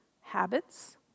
habits